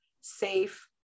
safe